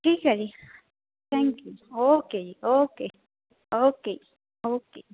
ਠੀਕ ਹੈ ਜੀ ਥੈਂਕ ਯੂ ਓਕੇ ਜੀ ਓਕੇ ਓਕੇ ਓਕੇ